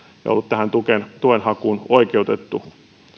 ja ollut tähän tuen hakuun oikeutettu